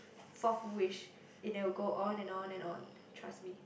fourth wish it will go on and on and on trust me